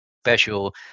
special